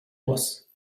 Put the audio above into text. was